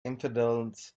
infidels